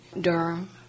Durham